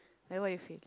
like what you feel